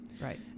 Right